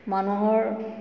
মানুহৰ